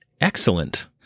Excellent